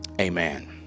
amen